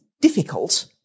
difficult